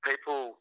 People